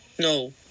No